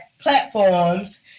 platforms